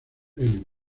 emmy